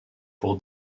pour